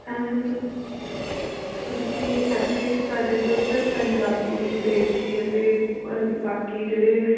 ਤੁਸੀਂ ਇੱਥੇ ਸਾਡੇ ਕੋਲ ਸਰ ਪੰਜਾਬੀ ਅੰਗਰੇਜ਼ੀ ਅਤੇ ਬਾਕੀ ਜਿਹੜੇ